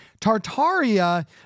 Tartaria